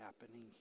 happening